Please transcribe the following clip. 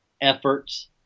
efforts